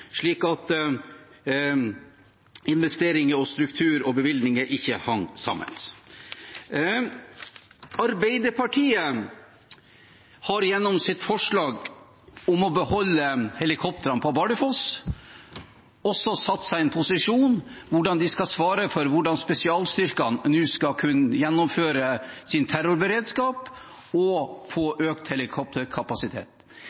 slik at investeringer, struktur og bevilgninger ikke hang sammen. Arbeiderpartiet har gjennom sitt forslag om å beholde helikoptrene på Bardufoss også satt seg i en posisjon når det gjelder å svare på hvordan spesialstyrkene nå skal kunne gjennomføre sin terrorberedskap og